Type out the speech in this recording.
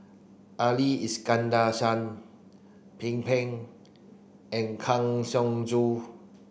Ali Iskandar Shah Pin Peng and Kang Siong Joo